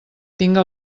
tinga